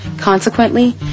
Consequently